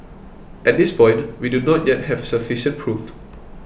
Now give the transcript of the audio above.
at this point we do not yet have sufficient proof